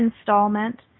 installment